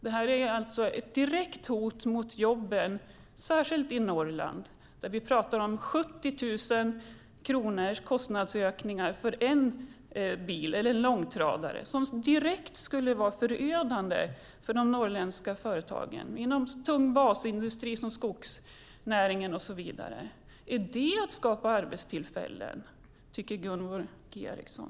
Det är ett hot mot jobben, särskilt i Norrland. Vi talar om 70 000 kronor i kostnadsökning för en långtradare. Det skulle vara direkt förödande för de norrländska företagen inom den tunga basindustrin som skogsnäringen och så vidare. Är det att skapa arbetstillfällen, Gunvor G Ericson?